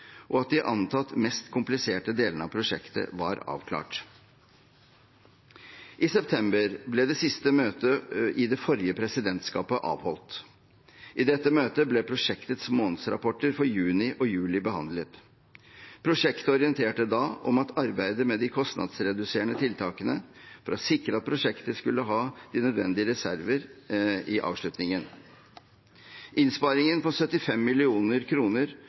og at de antatt mest kompliserte delene av prosjektet var avklart. I september ble det siste møtet i det forrige presidentskapet avholdt. I dette møtet ble prosjektets månedsrapporter for juni og juli behandlet. Prosjektet orienterte da om arbeidet med de kostnadsreduserende tiltakene for å sikre at prosjektet skulle ha de nødvendige reserver i avslutningen. Innsparingen på 75